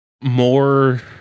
more